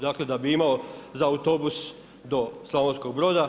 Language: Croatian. Dakle, da bi imao za autobus do Slavonskog Broda.